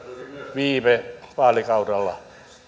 viime vaalikaudella